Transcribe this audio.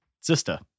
sister